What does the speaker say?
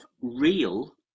real